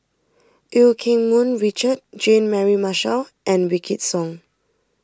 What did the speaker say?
Eu Keng Mun Richard Jean Mary Marshall and Wykidd Song